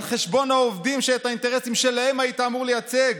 על חשבון העובדים שאת האינטרסים שלהם היית אמור לייצג,